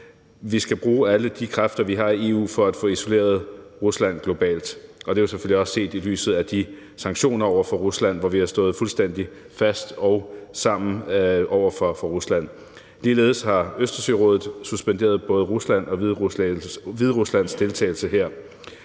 vi skal bruge alle de kræfter, vi har i EU, for at få isoleret Rusland globalt. Og det er jo selvfølgelig også set i lyset af de sanktioner over for Rusland, som vi har stået fuldstændig fast og sammen om over for Rusland. Ligeledes har Østersørådet suspenderet både Ruslands og Hvideruslands deltagelse her.